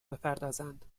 بپردازند